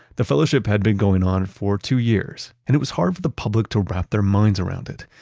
the fellowship had been going on for two years and it was hard for the public to wrap their minds around it,